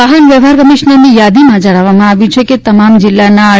વાહન વ્યવહાર કમિશ્નરની યાદીમાં જણાવવામાં આવ્યું છે કે તમામ જિલ્લાના આર